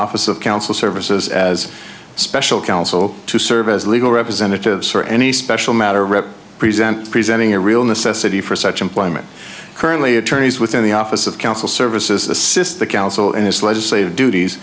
office of counsel services as special counsel to serve as legal representatives for any special matter rep present presenting a real necessity for such employment currently attorneys within the office of counsel services assist the counsel in his legislative duties